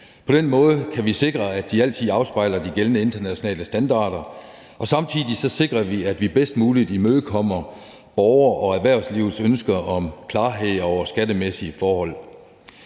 På den måde kan vi sikre, at de altid afspejler de gældende internationale standarder, og samtidig sikrer vi, at vi bedst muligt imødekommer borgere og erhvervslivets ønsker om klarhed over skattemæssige forhold.